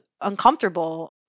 uncomfortable